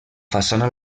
façana